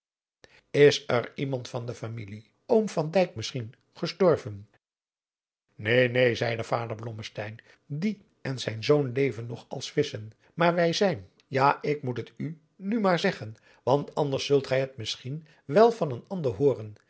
is er iemand van de familie oom van dyk misschien gestorven neen neen zeî vader blommesteyn die en zijn zoon leven nog als visschen maar wij zijn ja ik moet het u nu maar zeggen want anders zult gij het misschien wel van een ander hooren